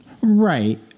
right